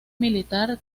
militar